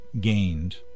gained